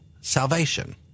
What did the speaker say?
salvation